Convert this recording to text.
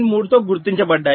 3 తో గుర్తించబడ్డాయి